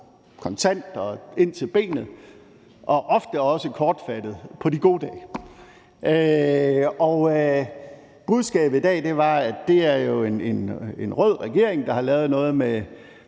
kontant og ind til benet og ofte også kortfattet på de gode dage, og budskabet i dag var jo, at det er en rød regering, der har lavet noget med